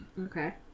Okay